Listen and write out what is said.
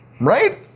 Right